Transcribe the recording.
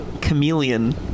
chameleon